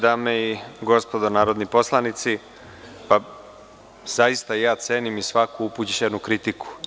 Dame i gospodo narodni poslanici, zaista cenim i svaku upućenu kritiku.